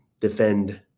defend